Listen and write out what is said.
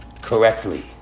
correctly